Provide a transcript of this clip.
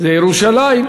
זה ירושלים,